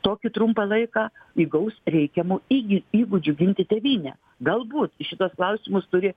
tokį trumpą laiką įgaus reikiamų įgy įgūdžių ginti tėvynę galbūt į šituos klausimus turi